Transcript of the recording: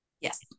Yes